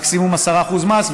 מקסימום 10% מס.